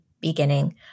beginning